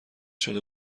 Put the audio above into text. شده